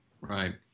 Right